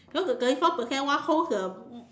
you know the thirty four percent one holds a